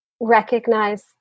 recognize